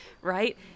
Right